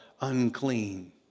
unclean